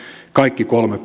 kaikki kolme